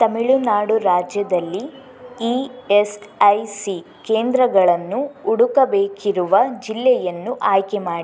ತಮಿಳುನಾಡು ರಾಜ್ಯದಲ್ಲಿ E S I C ಕೇಂದ್ರಗಳನ್ನು ಹುಡುಕಬೇಕಿರುವ ಜಿಲ್ಲೆಯನ್ನು ಆಯ್ಕೆಮಾಡಿ